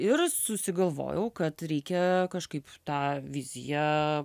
ir susigalvojau kad reikia kažkaip tą viziją